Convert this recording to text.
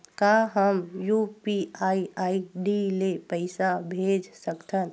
का हम UPI ID ले पईसा भेज सकथन?